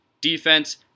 defense